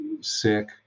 sick